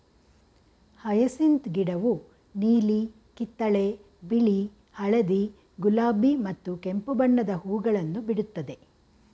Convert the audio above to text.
hyacinth ಗಿಡವು ನೀಲಿ, ಕಿತ್ತಳೆ, ಬಿಳಿ, ಹಳದಿ, ಗುಲಾಬಿ ಮತ್ತು ಕೆಂಪು ಬಣ್ಣದ ಹೂಗಳನ್ನು ಬಿಡುತ್ತದೆ